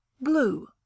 Blue